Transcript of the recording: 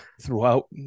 throughout